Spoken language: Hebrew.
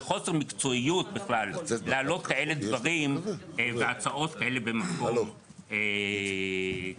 זה חוסר מקצועיות בכלל לעלות כאלה דברים והצעות כאלה במקום כזה.